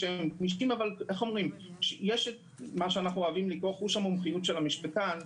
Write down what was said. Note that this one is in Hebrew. יש את מה שאנחנו מכנים "חוש המומחיות של המשפטן",